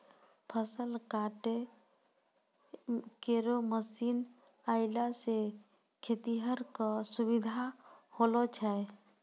फसल काटै केरो मसीन आएला सें खेतिहर क सुबिधा होलो छै